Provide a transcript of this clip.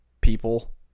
people